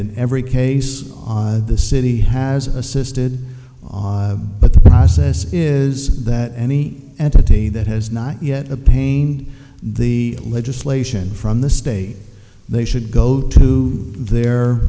in every case the city has assisted but the process is that any entity that has not yet a pain the legislation from the state they should go to their